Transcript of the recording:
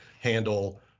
handle